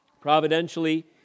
providentially